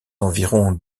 environs